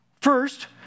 First